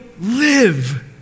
live